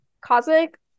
cosmic